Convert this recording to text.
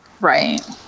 Right